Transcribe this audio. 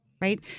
right